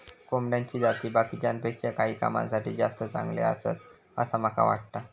कोंबड्याची जाती बाकीच्यांपेक्षा काही कामांसाठी जास्ती चांगले आसत, असा माका वाटता